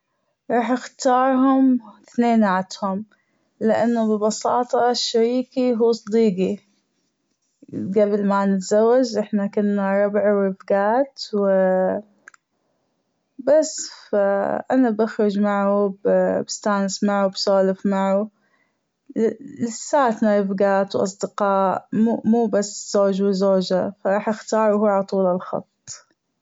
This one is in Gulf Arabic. راح أختارهم أثنيناتهم لأنه ببساطة شريكي هو صديجي جبل ما نتزوج أحنا كنا ربع ورفجات وبس أنا بخرج معه وبستأنس معه بسولف معه لساتنا رفجات وأصدقاء مو بس زوج وزوجة فراح أختاره هو على طول الخط.